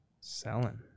selling